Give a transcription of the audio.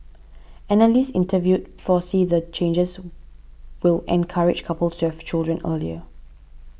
analysts interviewed foresee the changes will encourage couples to have children earlier